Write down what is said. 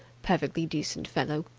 perfectly decent fellow.